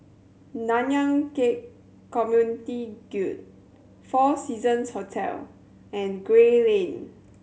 Nanyang Khek Community Guild Four Seasons Hotel and Gray Lane